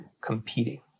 competing